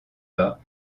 bas